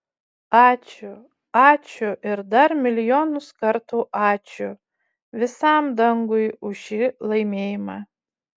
ačiū ačiū ir dar milijonus kartų ačiū visam dangui už šį laimėjimą